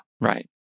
right